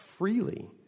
Freely